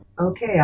Okay